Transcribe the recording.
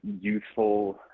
youthful